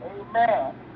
Amen